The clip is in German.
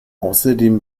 außerdem